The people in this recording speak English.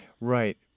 Right